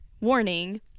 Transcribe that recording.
warning